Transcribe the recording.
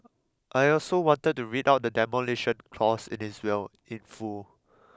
I also wanted to read out the Demolition Clause in his will in full